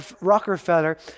Rockefeller